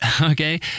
Okay